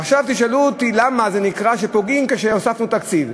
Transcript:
ועכשיו תשאלו אותי למה זה נקרא שפוגעים כאשר הוספנו תקציב.